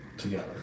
together